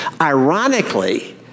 Ironically